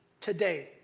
today